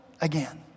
again